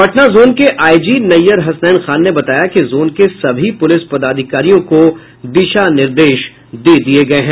Patna zone के IG Nayyar Hasnain Khan ने बताया कि जोन के सभी पुलिस पदाधिकारियों को दिशा निर्देश दे दिया गया है